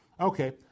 Okay